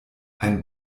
ein